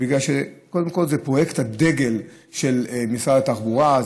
בגלל שקודם כול זה פרויקט הדגל של משרד התחבורה,